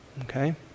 Okay